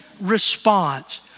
response